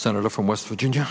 senator from west virginia